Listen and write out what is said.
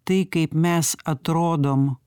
tai kaip mes atrodom